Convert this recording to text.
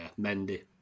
mendy